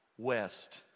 west